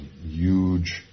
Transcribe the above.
huge